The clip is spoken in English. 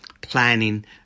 Planning